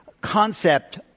concept